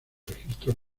registro